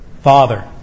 Father